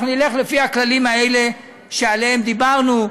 אנחנו נלך לפי הכללים האלה שעליהם דיברנו.